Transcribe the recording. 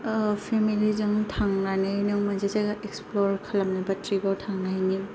ओ फेमेलिजों थांनानै नों मोनसे जायगा एक्सप्लर खालामनोबा ट्रिपाव थांनायनि